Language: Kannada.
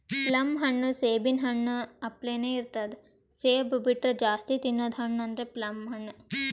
ಪ್ಲಮ್ ಹಣ್ಣ್ ಸೇಬಿನ್ ಹಣ್ಣ ಅಪ್ಲೆನೇ ಇರ್ತದ್ ಸೇಬ್ ಬಿಟ್ರ್ ಜಾಸ್ತಿ ತಿನದ್ ಹಣ್ಣ್ ಅಂದ್ರ ಪ್ಲಮ್ ಹಣ್ಣ್